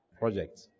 project